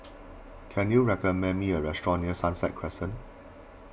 can you recommend me a restaurant near Sunset Crescent